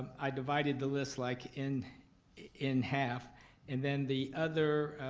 i divided the list like in in half and then the other,